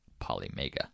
Polymega